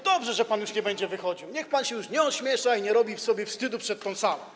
Dobrze, że pan już nie będzie wychodził, niech pan się już nie ośmiesza i nie robi sobie wstydu przed tą salą.